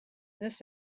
this